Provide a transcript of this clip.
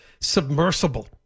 submersible